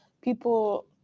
people